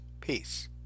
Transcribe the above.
Peace